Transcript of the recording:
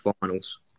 finals